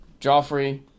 Joffrey